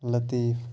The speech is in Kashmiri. لطیٖف